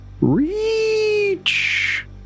Reach